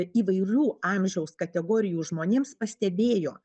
įvairių amžiaus kategorijų žmonėms pastebėjo